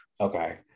okay